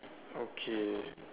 okay